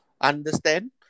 Understand